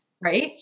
Right